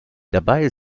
dabei